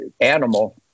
animal